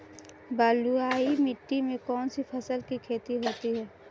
बलुई मिट्टी में कौनसी फसल की खेती होती है?